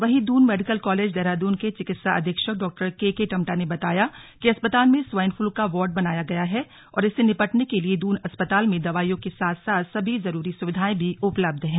वहीं Doon medical college Dehradun के चिकित्सा अधीक्षक डॉ के के टम्टा ने बताया कि अस्पताल में स्वाइन फ्लू का वार्ड बनाया गया है और इससे निपटने के लिये दून अस्पताल में दवाईयों के साथ साथ सभी जरूरी सुविधाएं भी उपलब्ध है